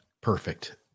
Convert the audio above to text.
Perfect